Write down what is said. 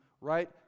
right